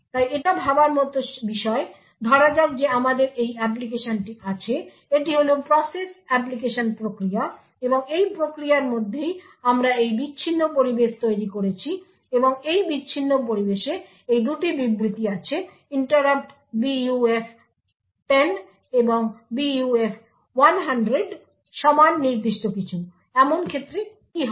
তাই এটা ভাবার মত বিষয় ধরা যাক যে আমাদের এই অ্যাপ্লিকেশনটি আছে এটি হল প্রসেস অ্যাপ্লিকেশন প্রক্রিয়া এবং এই প্রক্রিয়ার মধ্যেই আমরা এই বিচ্ছিন্ন পরিবেশ তৈরি করেছি এবং এই বিচ্ছিন্ন পরিবেশে এই দুটি বিবৃতি আছে interrupt buf 10 এবং buf 100 সমান নির্দিষ্ট কিছু এমন ক্ষেত্রে কী হবে